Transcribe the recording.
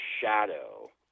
shadow